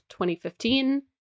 2015